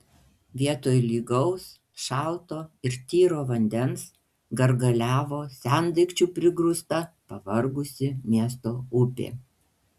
vietoj lygaus šalto ir tyro vandens gargaliavo sendaikčių prigrūsta pavargusi miesto upė